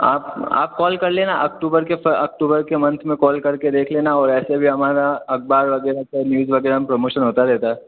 आप आप कॉल कर लेना अक्टूबर के अक्टूबर के मंथ में कॉल करके देख लेना और ऐसे भी हमारा अखबार वगैरह सब न्यूज वगैरह में प्रमोशन होता रहता है